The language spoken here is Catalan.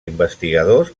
investigadors